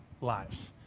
lives